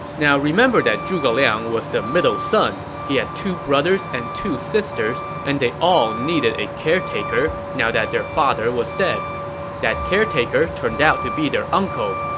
now, remember that zhuge liang was the middle son. he had two brothers and two sisters, and they all needed a caretaker now that their father was dead that caretaker turned out to be their uncle,